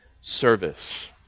service